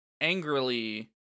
angrily